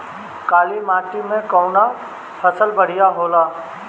काली माटी मै कवन फसल बढ़िया होला?